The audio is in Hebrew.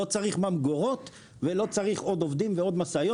לא צריך ממגורות ולא צריך עוד עובדים ועוד משאיות